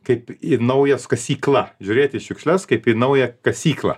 kaip į naujas kasykla žiūrėti šiukšles kaip į naują kasyklą